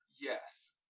Yes